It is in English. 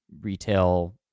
retail